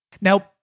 Now